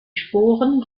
sporen